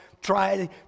try